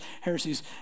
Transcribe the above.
heresies